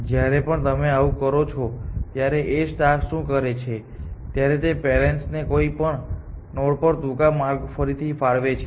જ્યારે પણ તમે આવું કરો છો ત્યારે A શું કરે છે ત્યારે તે પેરેન્ટ્સ ને કોઈ પણ નોડ પર ટૂંકા માર્ગો ફરીથી ફાળવે છે